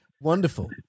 wonderful